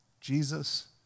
Jesus